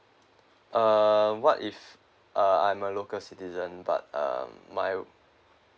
uh what if uh I'm a local citizen but um my